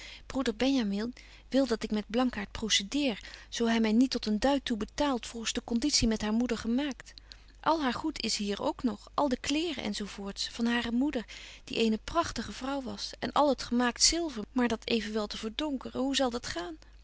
broeder benjamin wil dat ik met blankaart procedeer zo hy my niet tot een duit toe betaalt volgens de conditie met haar moeder gemaakt al haar goed is hier ook nog al de kleeren en zo voorts van hare moeder die eene prachtige vrouw was en al het gemaakt zilver maar dat evenwel te verdonkeren hoe zal dat gaan